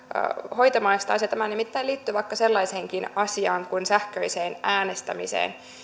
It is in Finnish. hoitamaan asioita tämä nimittäin liittyy vaikka sellaiseenkin asiaan kuin sähköiseen äänestämiseen